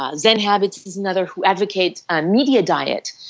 ah zen habits is another who advocates and media diet.